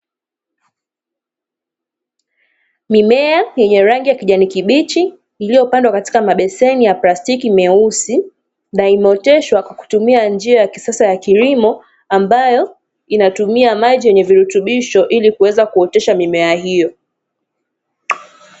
Mimea yenye rangi ya kijani kibichi iliyopandwa katika mabeseni ya plastiki meusi, na imeoteshwa kwa kutumia njia ya kisasa ya kilimo ambayo inatumia maji yenye virutubisho ilikuweza kuotesha mimea hiyo.